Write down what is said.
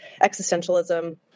existentialism